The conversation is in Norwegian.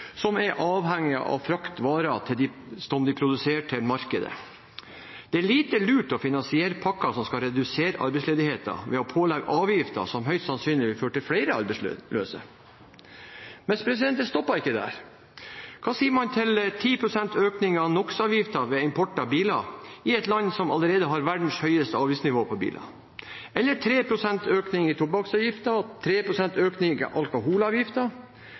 som er avhengige av å frakte varene de produserer, til markedet. Det er lite lurt å finansiere pakker som skal redusere arbeidsledigheten ved å pålegge avgifter som høyst sannsynlig vil føre til flere arbeidsløse. Men det stopper ikke der, for hva sier man til 10 pst. økning av NOx-avgiften ved import av biler, i et land som allerede har verdens høyeste avgiftsnivå på biler, eller 3 pst. økning i tobakksavgiftene og 3 pst. økning i alkoholavgiftene? Økningen av